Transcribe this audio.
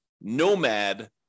nomad